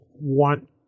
want